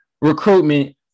recruitment